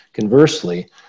Conversely